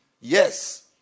Yes